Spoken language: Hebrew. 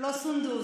לא סונדוס,